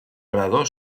grado